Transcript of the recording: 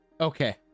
Okay